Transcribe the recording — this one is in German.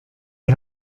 die